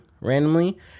randomly